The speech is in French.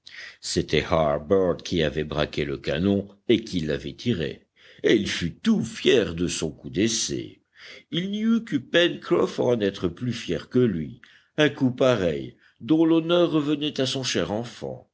c'était harbert qui avait braqué le canon et qui l'avait tiré et il fut tout fier de son coup d'essai il n'y eut que pencroff à en être plus fier que lui un coup pareil dont l'honneur revenait à son cher enfant